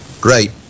great